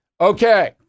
Okay